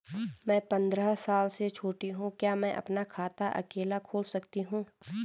मैं पंद्रह साल से छोटी हूँ क्या मैं अपना खाता अकेला खोल सकती हूँ?